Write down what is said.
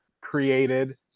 created